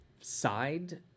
side